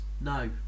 no